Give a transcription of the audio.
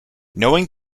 knowing